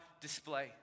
display